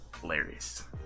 Hilarious